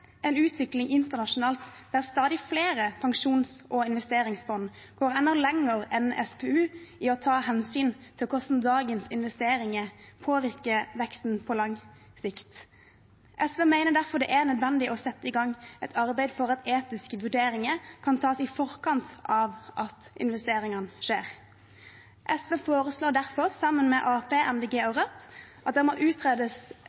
en utvikling internasjonalt der stadig flere pensjons- og investeringsfond går enda lenger enn SPU i å ta hensyn til hvordan dagens investeringer påvirker veksten på lang sikt. SV mener derfor det er nødvendig å sette i gang et arbeid for at etiske vurderinger kan tas i forkant av at investeringene skjer. SV foreslår derfor, sammen med Arbeiderpartiet, Miljøpartiet De Grønne og Rødt, at det må utredes